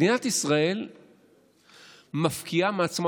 מדינת ישראל מפקיעה מעצמה,